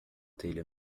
telha